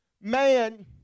man